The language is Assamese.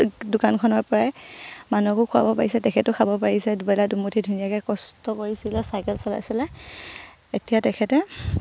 দোকানখনৰ পৰাই মানুহকো খোৱাব পাৰিছে তেখেতেও খাব পাৰিছে দুবেলা দুমুঠি ধুনীয়াকে কষ্ট কৰিছিলে চাইকেল চলাই চলাই এতিয়া তেখেতে